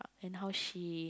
and how she